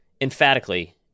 emphatically